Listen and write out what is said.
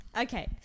Okay